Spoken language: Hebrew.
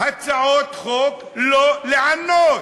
הצעות חוק לא לענות,